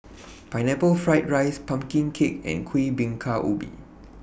Pineapple Fried Rice Pumpkin Cake and Kuih Bingka Ubi